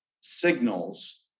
signals